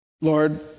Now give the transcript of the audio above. Lord